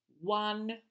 one